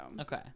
Okay